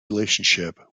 relationship